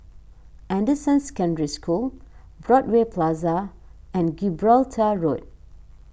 Anderson Secondary School Broadway Plaza and Gibraltar Road